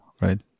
right